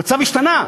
המצב השתנה.